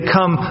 come